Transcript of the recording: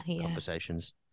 conversations